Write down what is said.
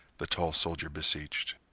the tall soldier beseeched.